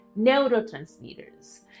neurotransmitters